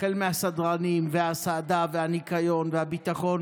החל מהסדרנים וההסעדה והניקיון והביטחון,